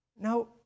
Now